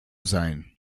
sein